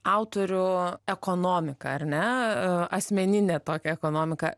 autorių ekonomiką ar ne asmeninę tokią ekonomiką